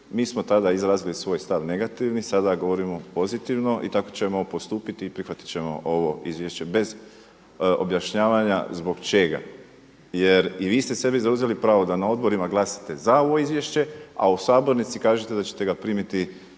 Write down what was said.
Mi smo tada izrazili svoj stav negativni, sada govorimo pozitivno i tako ćemo postupiti i prihvatit ćemo ovo izvješće bez objašnjavanja zbog čega. Jer i vi ste sebi zauzeli pravo da na odborima glasate za ovo izvješće, a u sabornici kažete da ćete ga primiti